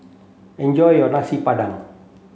enjoy your Nasi Padang